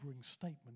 statement